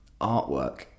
artwork